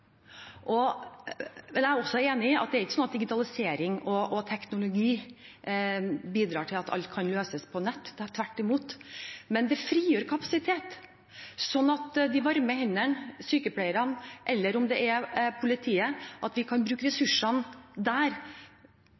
Jeg er enig i at digitalisering og teknologi ikke bidrar til at alt kan løses på nett, tvert imot. Men det frigjør kapasitet sånn at vi med de varme hendene, sykepleierne, eller om det er politiet, kan bruke ressursene der,